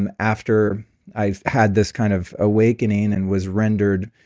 and after i had this kind of awakening and was rendered,